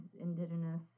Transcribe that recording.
indigenous